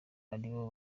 aribo